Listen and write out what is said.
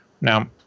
Now